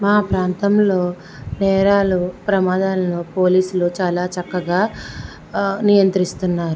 మా ప్రాంతం లో నేరాలు ప్రమాదాలను పోలీసులు చాలా చక్కగా నియంత్రిస్తున్నారు